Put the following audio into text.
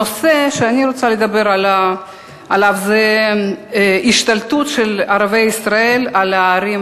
הנושא שאני רוצה לדבר עליו זה השתלטות של ערביי ישראל על הערים